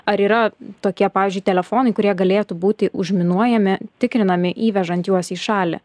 ar yra tokie pavyzdžiui telefonai kurie galėtų būti užminuojami tikrinami įvežant juos į šalį